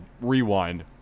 Rewind